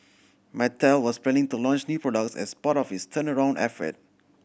mattel was planning to launch new products as part of its turnaround effort